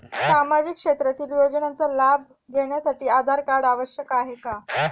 सामाजिक क्षेत्रातील योजनांचा लाभ घेण्यासाठी आधार कार्ड आवश्यक आहे का?